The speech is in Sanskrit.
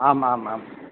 आम् आम् आम्